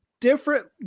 different